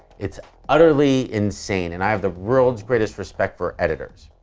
it's utterly insane and i have the world's greatest respect for editors.